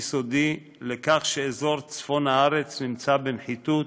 ויסודי לכך שאזור צפון הארץ נמצא בנחיתות